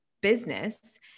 business